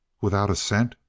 without a cent?